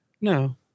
No